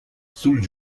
soul